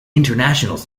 internationals